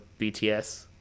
BTS